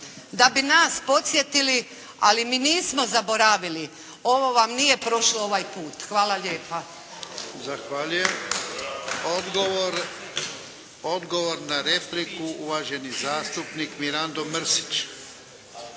da bi nas podsjetili, ali mi nismo zaboravili. Ovo vam nije prošlo ovaj put. Hvala lijepa. **Jarnjak, Ivan (HDZ)** Zahvaljujem. Odgovor, odgovor na repliku uvaženi zastupnik Mirando Mrsić.